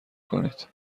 کنید